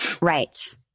Right